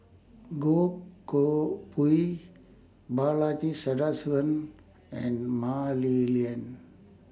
Goh Koh Pui Balaji Sadasivan and Mah Li Lian